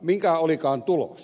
mikä olikaan tulos